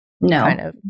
no